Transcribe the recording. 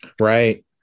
right